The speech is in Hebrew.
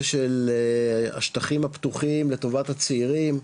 של השטחים הפתוחים לטובת הצעירים,